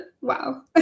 Wow